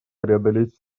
преодолеть